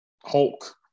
Hulk